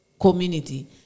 community